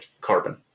carbon